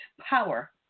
power